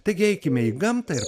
taigi eikime į gamtą ir